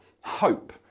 hope